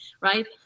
right